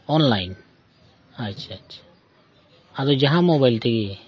online ᱟᱪᱪᱷᱟ ᱟᱪᱪᱷᱟ ᱟᱫᱚ ᱡᱟᱦᱟᱸ ᱢᱳᱵᱟᱭᱤᱞ ᱛᱮᱜᱮ